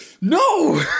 No